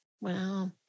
Wow